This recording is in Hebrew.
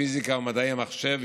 פיזיקה ומדעי המחשב,